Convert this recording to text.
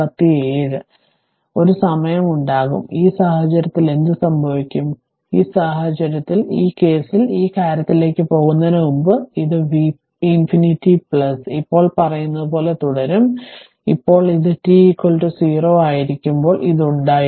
അതിനാൽ ഒരു സമയമുണ്ടാകും ഈ സാഹചര്യത്തിൽ എന്ത് സംഭവിക്കും ഈ സാഹചര്യത്തിൽ എന്ത് സംഭവിക്കും ഈ കേസിൽ ഈ കാര്യത്തിലേക്ക് പോകുന്നതിനുമുമ്പ് ഇത് v ∞ ഇപ്പോൾ പറയുന്നതുപോലെ തുടരും ഇപ്പോൾ ഇത് t 0 ആയിരിക്കുമ്പോൾ ഇത് ഉണ്ടായിരുന്നു